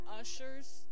ushers